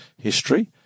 history